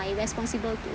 responsible to